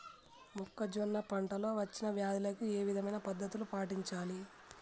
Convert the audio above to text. మొక్కజొన్న పంట లో వచ్చిన వ్యాధులకి ఏ విధమైన పద్ధతులు పాటించాలి?